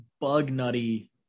bug-nutty